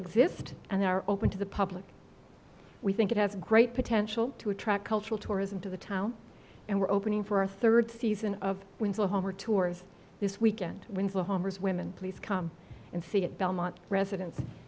exist and are open to the public we think it has great potential to attract cultural tourism to the town and we're opening for our third season of winslow homer tours this weekend when the homers women please come and see it belmont residen